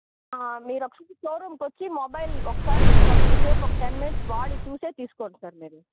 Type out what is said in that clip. మీరు ఒకసారి షోరూంకి వచ్చి మొబైల్ ఒకసారి కొద్దిసేపు ఒక టెన్ మినిట్స్ వాడి చూసే తీసుకోండి సార్ మీరు